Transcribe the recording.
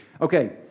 Okay